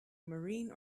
marine